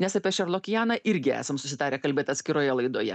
nes apie šerlokijaną irgi esam susitarę kalbėt atskiroje laidoje